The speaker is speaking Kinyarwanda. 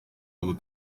ubu